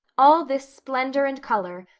all this splendor and color,